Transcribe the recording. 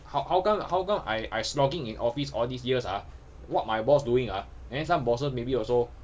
how how come how come I I slogging in office all these years ah what my boss doing ah and then some bosses maybe also